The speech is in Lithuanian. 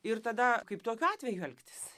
ir tada kaip tokiu atveju elgtis